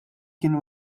kien